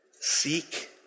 seek